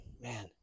man